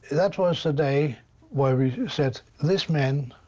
that was the day where we said, this man